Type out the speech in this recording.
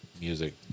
music